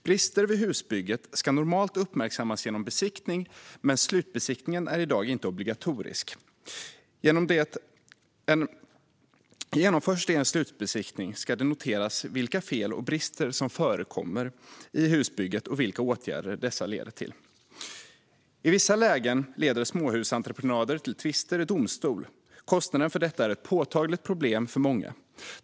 Brister vid husbygget ska normalt uppmärksammas genom besiktning, men slutbesiktningen är i dag inte obligatorisk. Genomförs det en slutbesiktning ska det noteras vilka fel och brister som förekommer i husbygget och vilka åtgärder dessa leder till. I vissa lägen leder småhusentreprenader till tvister i domstol. Kostnaden för detta är ett påtagligt problem för många.